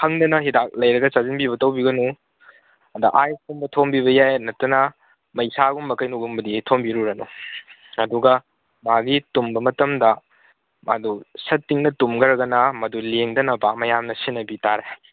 ꯍꯪꯗꯅ ꯍꯤꯗꯥꯛ ꯂꯩꯔꯒ ꯆꯥꯁꯤꯟꯕꯤꯕ ꯇꯧꯕꯤꯒꯅꯨ ꯑꯗ ꯑꯥꯏꯁ ꯀꯨꯝꯕ ꯊꯣꯝꯕꯤꯕ ꯌꯥꯏ ꯅꯠꯇꯅ ꯃꯩꯁꯥꯒꯨꯝꯕ ꯀꯩꯅꯣꯒꯨꯝꯕꯗꯤ ꯊꯣꯝꯕꯤꯔꯨꯔꯅꯨ ꯑꯗꯨꯒ ꯃꯥꯒꯤ ꯇꯨꯝꯕ ꯃꯇꯝꯗ ꯃꯥꯗꯨ ꯁꯠ ꯇꯤꯡꯅ ꯇꯨꯝꯈ꯭ꯔꯒꯅ ꯃꯗꯨ ꯂꯦꯡꯗꯅꯕ ꯃꯌꯥꯝꯅ ꯁꯦꯟꯅꯕꯤ ꯇꯥꯔꯦ